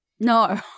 No